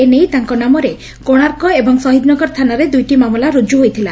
ଏ ନେଇ ତାଙ୍କ ନାମରେ କୋଶାର୍କ ଏବଂ ଶହୀଦନଗର ଥାନାରେ ଦୁଇଟି ମାମଲା ରୁକୁ ହୋଇଥିଲା